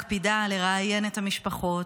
מקפידה לראיין את המשפחות,